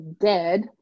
dead